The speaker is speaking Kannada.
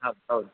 ಹೌದು ಹೌದು